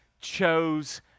chose